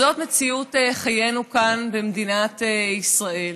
זאת מציאות חיינו כאן, במדינת ישראל,